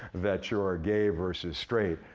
that you are gay versus straight,